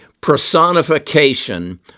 personification